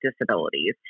disabilities